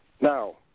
Now